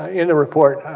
in the report,